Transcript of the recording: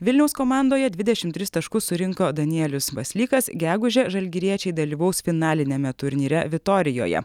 vilniaus komandoje dvidešimt tris taškus surinko danielius baslykas gegužę žalgiriečiai dalyvaus finaliniame turnyre vitorijoje